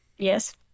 yes